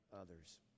others